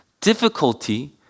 difficulty